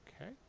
Okay